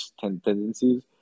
tendencies